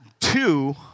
Two